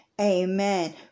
Amen